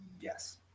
yes